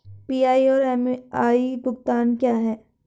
PI और MI भुगतान क्या हैं?